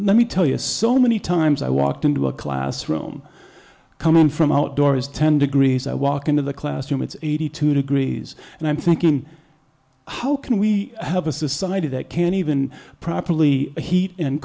let me tell you it's so many times i walked into a classroom coming from outdoors ten degrees i walk into the classroom it's eighty two degrees and i'm thinking how can we have a society that can't even properly heat and